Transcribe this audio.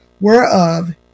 Whereof